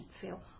feel